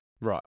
Right